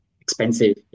expensive